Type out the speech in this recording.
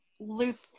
loop